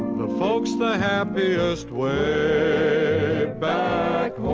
the folks the happiest way back